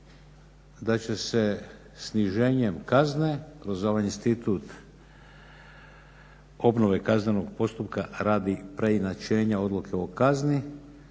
da će se sniženjem kazne kroz ovaj institut obnove kaznenog postupka radi preinačenja odluke o kazni